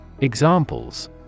Examples